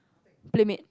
playmate